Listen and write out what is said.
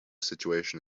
situation